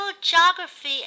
geography